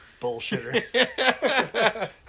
bullshitter